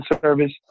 service